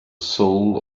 soul